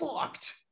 fucked